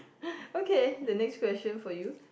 okay the next question for you